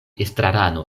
estrarano